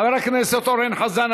חבר הכנסת אורן חזן,